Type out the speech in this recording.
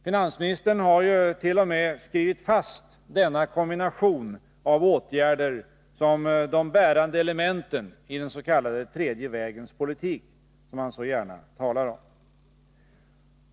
Finansministern har ju t.o.m. skrivit fast denna kombination av åtgärder som de bärande elementen i den s.k. tredje vägens politik, som han så gärna talar om.